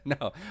No